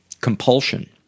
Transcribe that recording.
compulsion